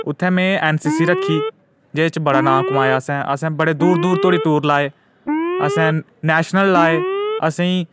उत्थे में N C C रक्खी जेह्दे च बडा नां कमाया असें असें बडी दूर दूर धोड़ी टूर लाए असें नैशनल लाए असें ई